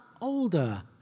older